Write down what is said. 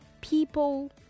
People